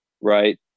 right